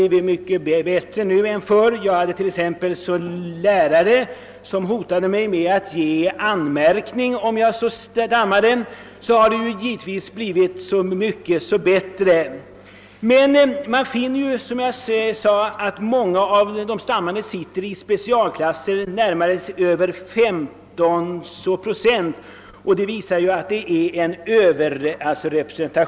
Över 15 procent av de stammande är placerade i specialklasser, och det visar att de är överrepresenterade.